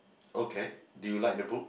okay do you like the book